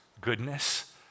goodness